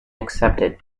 accepted